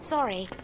Sorry